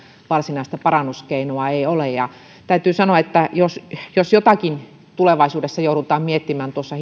varsinaista parannuskeinoa ei välttämättä ole täytyy sanoa että jos jos jotakin tulevaisuudessa joudutaan miettimään tuossa